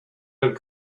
had